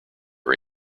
are